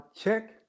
check